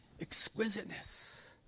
exquisiteness